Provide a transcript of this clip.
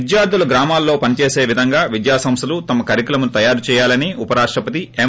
విద్యార్గులు గ్రామాల్లో పని చేసవిధంగా విద్యాసంస్లలు తమ కరికులంను తయారు చేయాలని ఉపరాష్టపతి ఎం